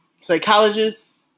psychologist